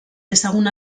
dezagun